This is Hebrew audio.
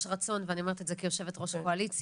יש רצון ואני אומרת את זה כיושבת ראש הקואליציה,